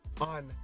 on